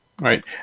right